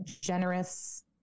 generous